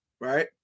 right